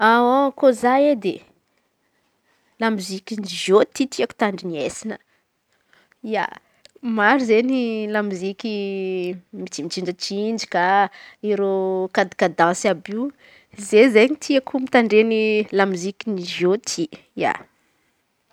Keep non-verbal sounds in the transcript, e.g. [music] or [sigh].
[hesitation] Ko za edy lamoziky zaô tiako tandrinesin̈a. Ia, maro izen̈y lamoziky mitsinjatsinjaka ireo kadikadansy àby io zay izen̈y tiako mitandren̈y lamoziky amizô ty ia.